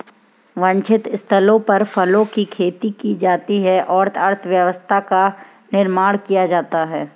वांछित स्थलों पर फलों की खेती की जाती है और अर्थव्यवस्था का निर्माण किया जाता है